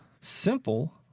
simple